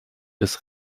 des